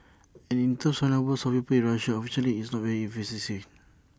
and in terms of number of people in Russia unfortunately it's not very efficient